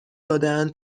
دادهاند